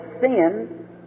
sin